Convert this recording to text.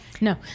no